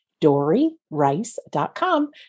doryrice.com